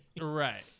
Right